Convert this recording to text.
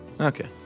Okay